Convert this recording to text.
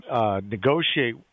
Negotiate